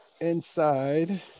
inside